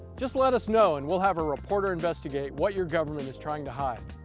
just let us know and we'll have a reported investigate what your government is trying to hide.